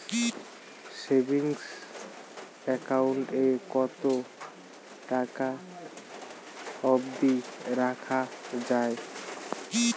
Savings account এ কতো টাকা অব্দি রাখা যায়?